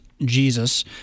Jesus